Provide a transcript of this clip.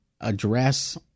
address